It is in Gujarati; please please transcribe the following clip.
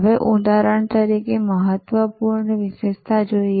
હવે ઉદાહરણ તરીકે મહત્વપૂર્ણ વિશેષતા જોઈએ